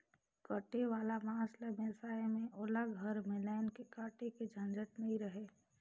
कटे वाला मांस ल बेसाए में ओला घर में लायन के काटे के झंझट नइ रहें